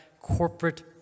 corporate